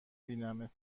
بینمت